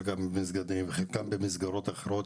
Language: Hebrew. חלקם במסגדים וחלקם במסגרות אחרות.